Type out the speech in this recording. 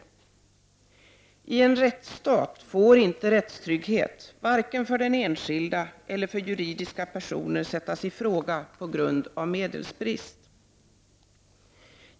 I en rättsstat får inte rättstrygghet — varken för enskilda eller för juridiska personer — sättas i fråga på grund av medelsbrist.